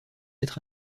être